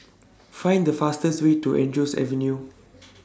Find The fastest Way to Andrews Avenue